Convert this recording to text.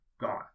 gone